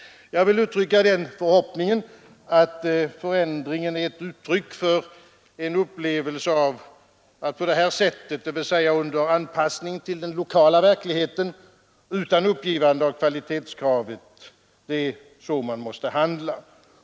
Jag vill uttrycka den förhoppningen att förändringen är ett uttryck för en upplevelse av att det är på det här sättet, dvs. under anpassning till den lokala verkligheten utan uppgivande av kvalitetskravet, som man måste handla.